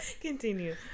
Continue